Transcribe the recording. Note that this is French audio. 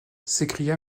s’écria